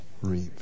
reap